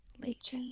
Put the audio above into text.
late